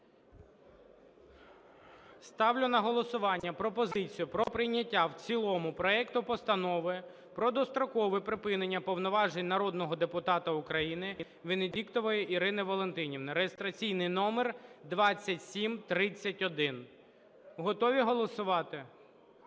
Ставлю на голосування пропозицію про прийняття в цілому проекту Постанови про дострокове припинення повноважень народного депутата України Венедіктової Ірини Валентинівни (реєстраційний номер 2731). Готові голосувати?